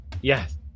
Yes